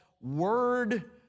word